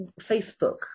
facebook